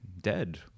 dead